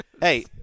Hey